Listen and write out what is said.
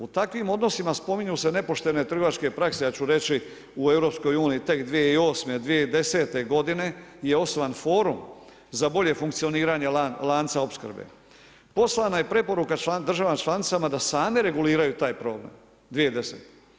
U takvim odnosima spominju se nepoštene trgovačke prakse, ja ću reći u EU tek 2008., 2010. godine je osnovan forum za bolje funkcioniranje lanca opskrbe, poslana je preporuka državama članicama da same reguliraju taj problem 2010.